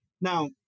Now